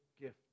gift